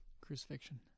Crucifixion